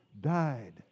died